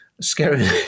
Scary